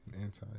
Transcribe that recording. Anti